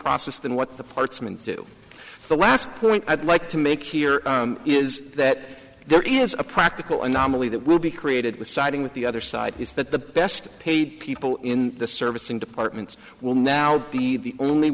process than what the parts and do the last point i'd like to make here is that there is a practical anomaly that will be created with siding with the other side is that the best paid people in the servicing departments will now be the only